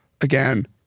again